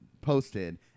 posted